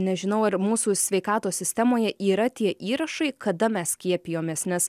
nežinau ar mūsų sveikatos sistemoje yra tie įrašai kada mes skiepijomės nes